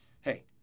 hey